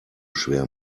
schwer